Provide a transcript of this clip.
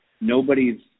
nobody's